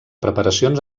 preparacions